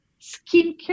skincare